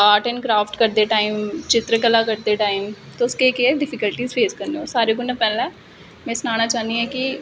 art एडं craft करदे time चित्रकला करदे टाइम तुस केह् केह् डिफीकलटीज स्हेई करने हो सारे कन्नै पैहलें में सनाना चाहनी आं कि